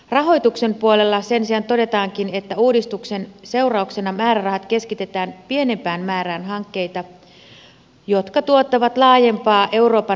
rahoituksen puolella sen sijaan todetaankin että uudistuksen seurauksena määrärahat keskitetään pienempään määrään hankkeita jotka tuottavat laajempaa euroopan laajuista lisäarvoa